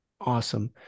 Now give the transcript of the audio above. Awesome